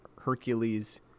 hercules